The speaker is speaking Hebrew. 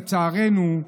לצערנו,